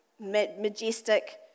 majestic